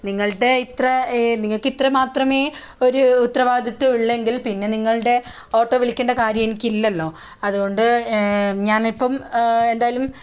നിങ്ങളുടെ ഇത്ര നിങ്ങൾക്ക് ഇത്ര മാത്രമേ ഒരു ഉത്തരവാദിത്വം ഉള്ളെങ്കിൽ പിന്നെ നിങ്ങളുടെ ഓട്ടോ വിളിക്കേണ്ട കാര്യം എനിക്കില്ലല്ലോ അതുകൊണ്ട് ഞാനിപ്പം എന്തായാലും